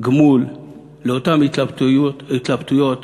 גמול לאותן התלבטויות